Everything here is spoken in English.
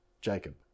Jacob